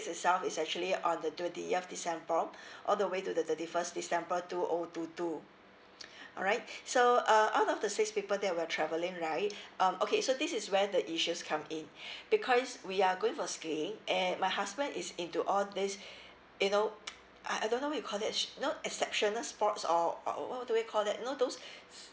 itself is actually on the twentieth december all the way to the thirty first december two O two two alright so uh out of the six people that we are travelling right um okay so this is where the issues come in because we are going for skiing and my husband is into all these you know I I don't know you call that you know exceptional sports or or what do we call that you know those